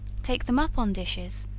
take them up on dishes,